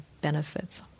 benefits